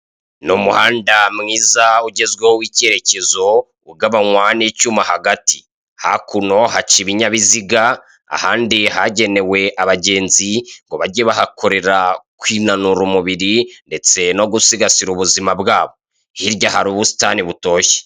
Ni umuhanda mwiza ugezweho w'icyerekezo ugabanywa n'icyuma hagati, hakuno haca ibinyabiziga ahandi hagenewe abagenzi ngo bajye bahakorera kwinanura umubiri ndetse no gusigasira ubuzima bwabo, hirya hari ubusitani butoshye.